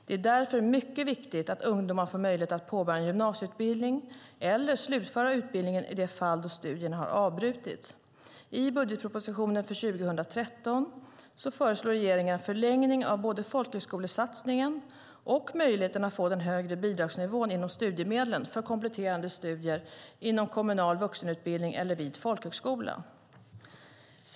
Det är därför mycket viktigt att ungdomar får möjlighet att påbörja en gymnasieutbildning - eller slutföra utbildningen i de fall då studierna har avbrutits. I budgetpropositionen för 2013 föreslår regeringen en förlängning av både folkhögskolesatsningen och möjligheten att få den högre bidragsnivån inom studiemedlen för kompletterande studier inom kommunal vuxenutbildning eller vid folkhögskola.